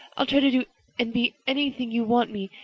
i'll try to do and be anything you want me,